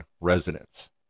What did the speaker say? residents